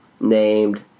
named